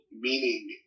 meaning